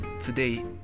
Today